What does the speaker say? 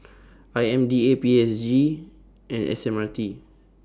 I M D A P S G and S M R T